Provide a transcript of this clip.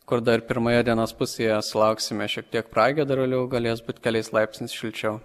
kur dar pirmoje dienos pusėje sulauksime šiek tiek pragiedrulių galės būt keliais laipsniais šilčiau